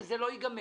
וזה לא ייגמר.